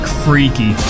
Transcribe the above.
freaky